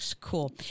cool